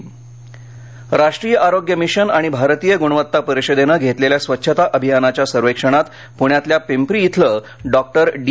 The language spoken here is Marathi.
पुरर्कार राष्ट्रीय आरोग्य मिशन आणि भारतीय गुणवत्ता परिषदेनं घेतलेल्या स्वच्छता अभियानाच्या सर्वेक्षणात पृण्यातल्या पिंपरी इथलं डॉक्टर डी